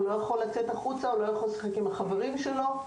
הוא לא יכול לצאת החוצה ולשחק עם החברים שלו.